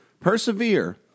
Persevere